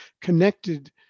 connected